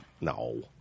No